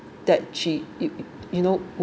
that she you you know